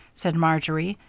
said marjory.